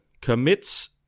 commits